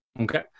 Okay